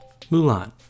Mulan